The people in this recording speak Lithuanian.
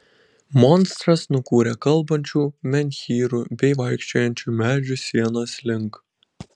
monstras nukūrė kalbančių menhyrų bei vaikščiojančių medžių sienos link